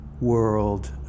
world